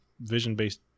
vision-based